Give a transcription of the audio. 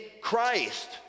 Christ